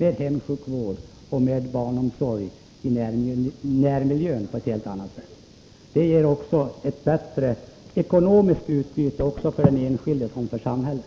med hemsjukvård och barnomsorg i närmiljön på ett helt annat sätt än tidigare. Det ger också ett bättre ekonomiskt utbyte för såväl den enskilde som samhället.